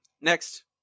Next